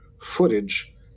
footage